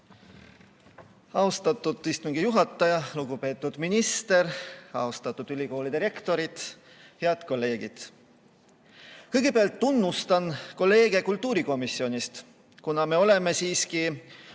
Austatud istungi juhataja! Lugupeetud minister! Austatud ülikoolide rektorid! Head kolleegid! Kõigepealt tunnustan kolleege kultuurikomisjonist, kuna me oleme siiski